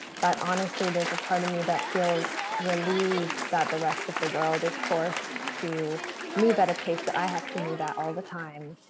but honestly, there's a part of me that feels relieved that the rest of the world is forced to move at a pace that i have to move out all the time.